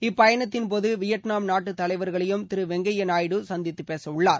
இப்பயணத்தின்போது Vietnam நாட்டு தலைவர்களையும் திரு வெங்கைய நாயுடு சந்தித்து பேசுகிறார்